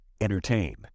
Entertain